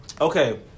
Okay